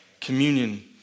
communion